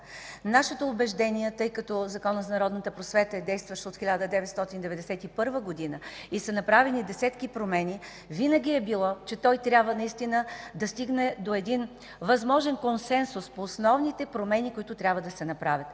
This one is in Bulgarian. Нашето убеждение, тъй като Законът за народната просвета е действащ от 1991 г. и са направени десетки промени, винаги е било, че той трябва наистина да стигне до един възможен консенсус по основните промени, които трябва да се направят.